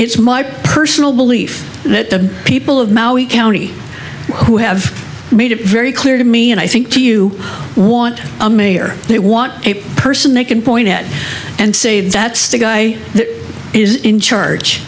it's my personal belief that the people of maui county who have made it very clear to me and i think do you want a mayor they want a person they can point at and say that's the guy